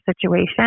situation